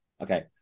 Okay